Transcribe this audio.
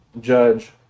judge